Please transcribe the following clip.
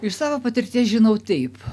iš savo patirties žinau taip